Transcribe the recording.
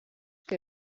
que